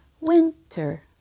winter